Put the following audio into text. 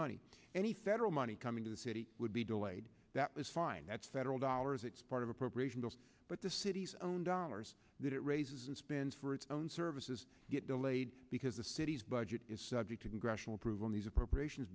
money any federal money coming to the city would be delayed that is fine that's federal dollars it's part of appropriations but the city's own dollars that it raises for its own services get delayed because the city's budget is subject to congressional approval these appropriations